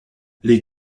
les